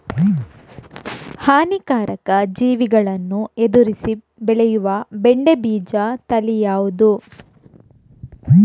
ಹಾನಿಕಾರಕ ಜೀವಿಗಳನ್ನು ಎದುರಿಸಿ ಬೆಳೆಯುವ ಬೆಂಡೆ ಬೀಜ ತಳಿ ಯಾವ್ದು?